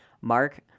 Mark